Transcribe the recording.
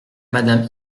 madame